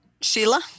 Sheila